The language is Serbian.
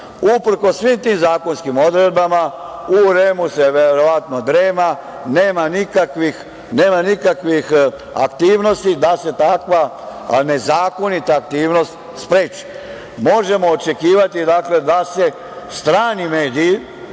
svim tim zakonskim odredbama, u REM-u se verovatno drema, nema nikakvih aktivnosti da se takva nezakonita aktivnost spreči. Možemo očekivati da se strani mediji